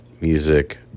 music